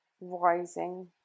rising